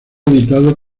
editado